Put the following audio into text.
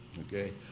okay